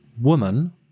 woman